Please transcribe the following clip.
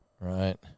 right